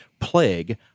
Plague